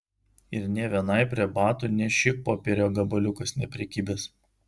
ir nė vienai prie batų nė šikpopierio gabaliukas neprikibęs